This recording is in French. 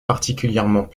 particulièrement